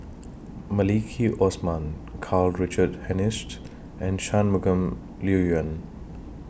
Maliki Osman Karl Richard Hanitsch and Shangguan Liuyun